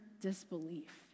disbelief